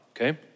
okay